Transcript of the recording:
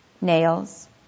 nails